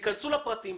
תיכנסו לפרטים.